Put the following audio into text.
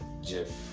Jeff